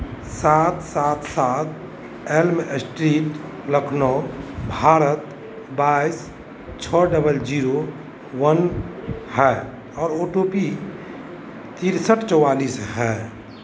सात सात सात एल्म स्ट्रीट लखनऊ भारत बाईस छः डबल जीरो वन है और ओ टो पी त्रेसठ चौवालीस है